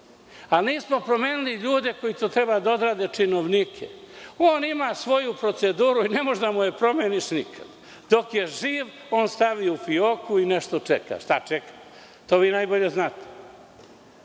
Nismo promenili ljude koji to treba da odrade, činovnike. On ima svoju proceduru i ne možeš da mu je promeniš nikad. Dok je živ, on stavi u fioku i nešto čeka. Šta čeka, to vi najbolje znate.